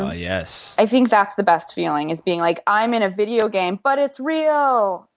ah yes. i think that's the best feeling is being like, i'm in a video game but it's real!